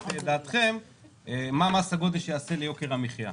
דעתכם לגבי מה שמס הגודש יעשה ליוקר המחייה?